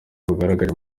bugaragare